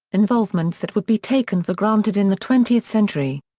involvements that would be taken for granted in the twentieth century.